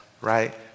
right